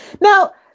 Now